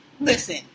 Listen